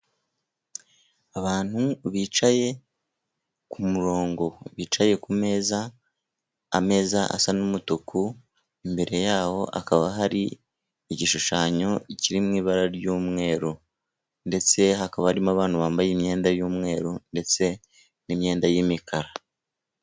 Abantu bicaye ku murongo, bicaye kumeza, ameza asa n'umutuku. Imbere yaho hakaba hari igishushanyo kirimo ibara ry'mweru, ndetse hakaba harimo abantu bambaye imyenda y'umweru, ndetse n'imyenda y'imikara.